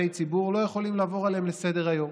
ציבור לא יכולים לעבור עליהם לסדר-היום.